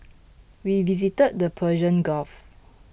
we visited the Persian Gulf